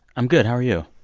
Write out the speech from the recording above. i'm good. how are you?